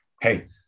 Hey